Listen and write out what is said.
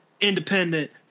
independent